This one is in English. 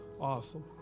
awesome